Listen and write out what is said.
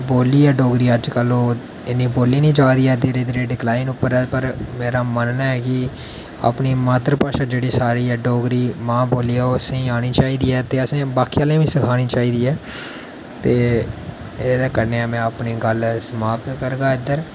बोल्ली ऐ डोगरी अज्जकल ओह् इन्नी बोली निं जा दी ऐ धीरे धीरे ओह् डीकलाइन पर मेरा मनन्ना ऐ की अपनी मात्तर भाशा जेह्ड़ी साढ़ी ऐ डोगरी ओह् मां बोल्ली ऐ ओह् असेंगी आनी चाहिदी ते बाकी आह्लें गी बी सखानी चाहिदी ऐ ते एह्दे कन्नै गै में अपनी गल्ल समाप्त करगा इद्धर